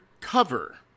cover